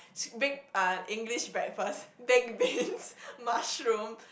big ah English breakfast baked beans mushroom